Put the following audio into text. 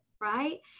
right